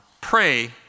pray